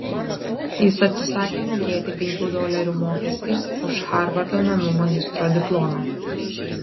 jis atsisakė mokėti penkių dolerių mokestį už harvardo menų magistro diplomą